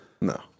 No